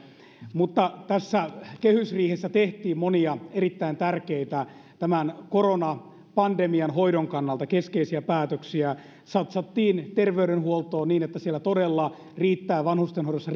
mutta tässä kehysriihessä tehtiin monia erittäin tärkeitä tämän koronapandemian hoidon kannalta keskeisiä päätöksiä satsattiin terveydenhuoltoon niin että siellä todella riittää vanhustenhoidossa